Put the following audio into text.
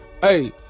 Hey